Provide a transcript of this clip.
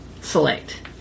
select